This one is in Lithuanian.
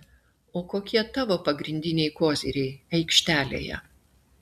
o kokie tavo pagrindiniai koziriai aikštelėje